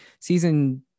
season